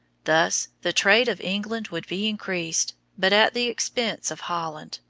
thus the trade of england would be increased, but at the expense of holland,